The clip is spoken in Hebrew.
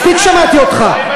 מספיק שמעתי אותך,